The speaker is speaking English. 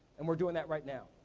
and we're doing that right now.